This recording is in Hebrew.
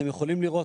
אתם יכולים לראות,